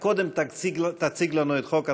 קודם תציג לנו את חוק התקציב,